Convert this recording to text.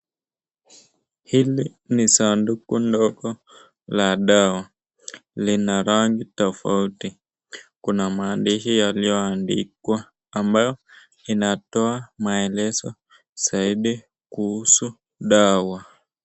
Hili ni sanduku ndogo la dawa. Lina rangi tofauti kuna maandishi yaliyoandikwa ambayo inatoa maelezo zaidi kuhusu dawa.